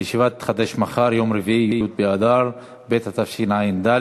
הישיבה תתחדש מחר, יום רביעי, י' באדר ב' התשע"ד,